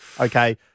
Okay